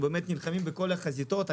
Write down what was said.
אנחנו נלחמים בכל החזיתות.